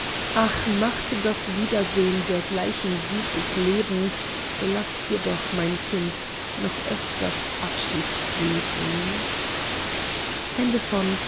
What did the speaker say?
ach macht das wiedersehn dergleichen süßes leben so laß dir doch mein kind noch öfters abschied geben